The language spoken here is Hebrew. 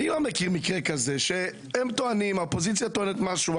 אני לא מכיר מקרה כזה שהאופוזיציה טוענת משהו,